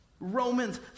Romans